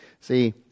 See